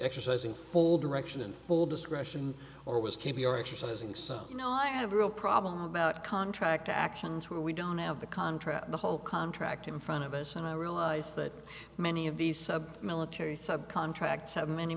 exercising full direction and full discretion or was k b r exercising so you know i have a real problem about contract actions where we don't have the contract the whole contract in front of us and i realize that many of these military subcontracts have many